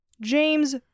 James